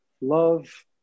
love